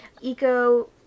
eco